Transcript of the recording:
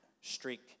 streak